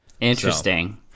Interesting